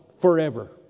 forever